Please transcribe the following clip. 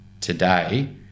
today